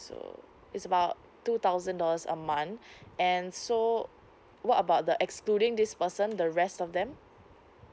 so it's about two thousand dollars a month and so what about the excluding this person the rest of them